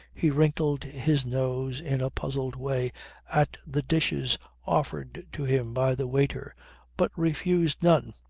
he wrinkled his nose in a puzzled way at the dishes offered to him by the waiter but refused none,